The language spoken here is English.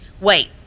Wait